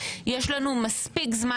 עליו.